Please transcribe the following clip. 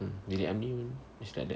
mm bilik amni is like that